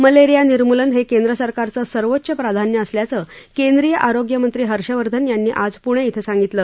malaria निर्मूलन हे केंद्र सरकारचं सर्वोच्च प्राधान्य असल्याचं केंद्रीय आरोग्यमंत्री हर्षवर्धन यांनी आज पुणे क्षे सांगितलं